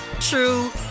true